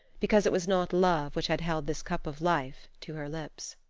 because it was not love which had held this cup of life to her lips.